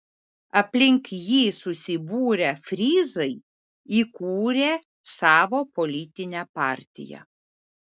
aplink jį susibūrę fryzai įkūrė savo politinę partiją